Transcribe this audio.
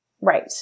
Right